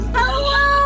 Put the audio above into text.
Hello